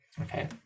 Okay